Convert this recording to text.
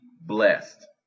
blessed